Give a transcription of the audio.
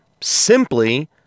simply